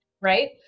right